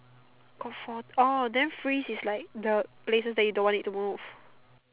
got four orh then freeze is like the places that you don't want it to move